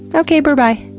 ah okay, berbye!